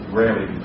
rarely